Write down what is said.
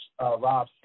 Rob